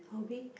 hobby